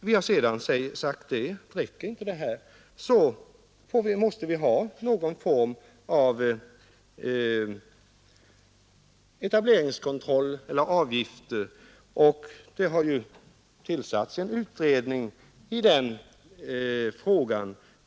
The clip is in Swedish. Vi har redan sagt att om inte det räcker med stimulansåtgärder, måste det införas någon form av etableringskontroll eller etableringsavgifter, och det har ju också tillsatts en utredning i frågan.